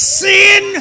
sin